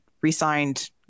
re-signed